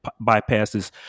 bypasses